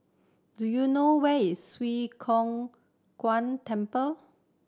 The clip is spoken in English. do you know where is Swee Kow Kuan Temple